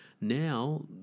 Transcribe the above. now